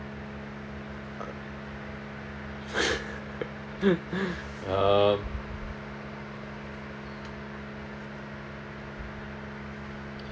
um